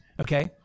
okay